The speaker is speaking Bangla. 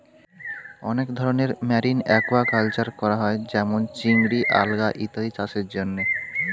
অনেক ধরনের মেরিন অ্যাকুয়াকালচার করা হয় যেমন চিংড়ি, আলগা ইত্যাদি চাষের জন্যে